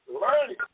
learning